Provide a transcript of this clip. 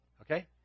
Okay